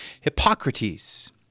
Hippocrates